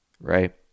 right